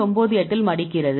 98 இல் மடிக்கிறது